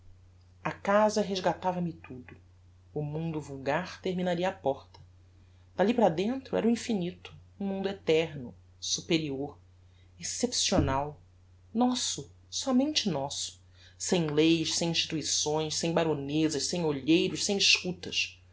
a casa resgatava me tudo o mundo vulgar terminaria á porta dalli para dentro era o infinito um mundo eterno superior excepcional nosso somente nosso sem leis sem instituições sem baronezas sem olheiros sem escutas